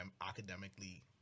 academically